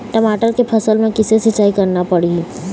टमाटर के फसल म किसे सिचाई करना ये?